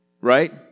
right